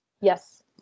Yes